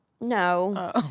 No